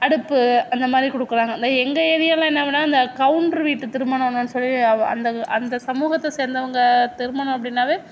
அடுப்பு அந்த மாதிரி கொடுக்குறாங்க இந்த எங்கள் ஏரியாவில் என்ன பண்ணுறாங்க இந்த கவுண்டர் வீட்டு திருமணமென்னு சொல்லி அந்த அந்த சமூகத்தை சேர்ந்தவங்க திருமணம் அப்படின்னாவே